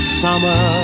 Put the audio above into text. summer